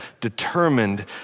determined